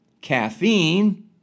caffeine